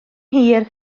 hir